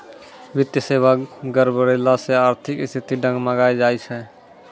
वित्तीय सेबा गड़बड़ैला से आर्थिक स्थिति डगमगाय जाय छै